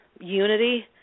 unity